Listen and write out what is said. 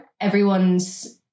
everyone's